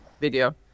video